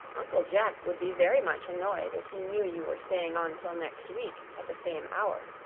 uncle jack would be very much annoyed if he knew you were staying on till next week, at the same hour.